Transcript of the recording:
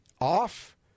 off